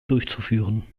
durchzuführen